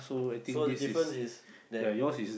so the difference is that